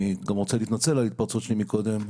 אני גם רוצה להתנצל על ההתפרצות שלי קודם.